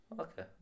Okay